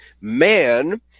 man